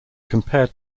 compared